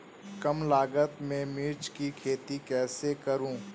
कम लागत में मिर्च की खेती कैसे करूँ?